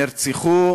נרצחו